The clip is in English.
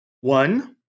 One